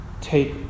take